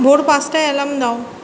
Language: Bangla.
ভোর পাঁচটায় অ্যালার্ম দাও